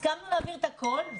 הסכמנו להעביר את הכל.